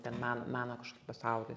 ten man mano kažkoks pasaulis